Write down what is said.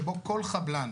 שבו כל חבלן,